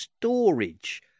storage